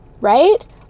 right